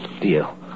Deal